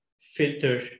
filter